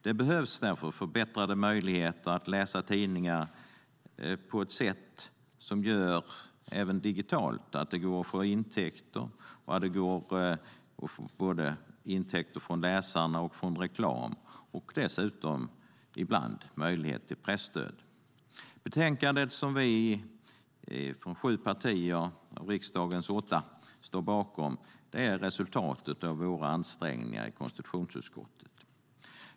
Det behövs därför förbättrade möjligheter för tidningar även digitalt och ett sätt som gör att det går att få intäkter både från läsare och från reklam och dessutom, ibland, möjlighet till presstöd. Det betänkande som vi från sju av riksdagens åtta partier står bakom är resultatet av våra ansträngningar i konstitutionsutskottet.